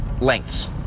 lengths